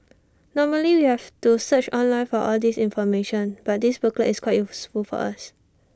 normally we have to search online for all this information but this booklet is quite useful for us